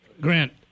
Grant